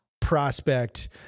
prospect